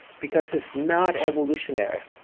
because it's not evolutionary.